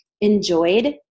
enjoyed